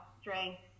strength